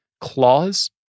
Claws